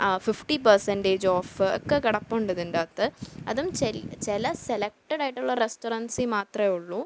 fifty percentage of ഒക്കെ കിടപ്പുണ്ട് ഇതിൻ്റകത്ത് അതും ചെ ചില സെലക്ടഡായിട്ടുള്ള റസ്റ്റോറൻസിൽ മാത്രമേ ഉള്ളൂ